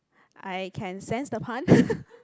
I can sense the pun